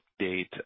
update